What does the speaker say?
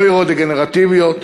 הנוירו-דגנרטיביות,